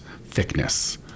thickness